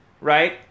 right